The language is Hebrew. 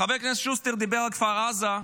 חבר הכנסת שוסטר דיבר על כפר עזה.